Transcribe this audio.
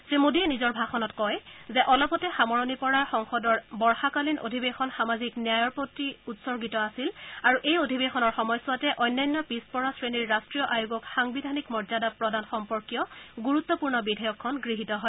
শ্ৰীমোডীয়ে নিজৰ ভাষণত কয় যে অলপতে সামৰণি পৰা সংসদৰ বৰ্যকালীন অধিৱেশন সামাজিক ন্যায়ৰ প্ৰতি উৎসৰ্গিত আছিল আৰু এই অধিৱেশনৰ সময়ছোৱাতে অন্যান্য পিছপৰা শ্ৰেণীৰ ৰাষ্ট্ৰীয় আয়োগক সাংবিধানিক মৰ্যাদা প্ৰদান সম্পৰ্কীয় গুৰুত্পূৰ্ণ বিধেয়কখন গৃহীত হয়